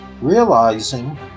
Realizing